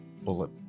bullet